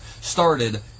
started